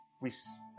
respect